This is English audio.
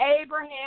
Abraham